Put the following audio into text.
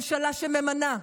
ממשלה שממנה,